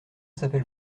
s’appelle